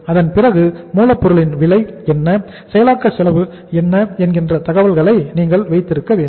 அதன் பிறகு மூலப் பொருளின் விலை என்ன செயலாக்க செலவு என்ன என்கின்ற தகவல்களை நீங்கள் வைத்திருக்க வேண்டும்